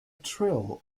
trill